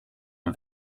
een